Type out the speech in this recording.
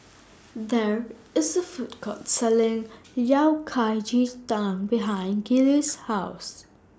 There IS A Food Court Selling Yao Kai Ji Tang behind Gillie's House